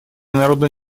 народно